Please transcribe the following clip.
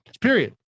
Period